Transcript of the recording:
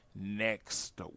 next